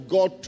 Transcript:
God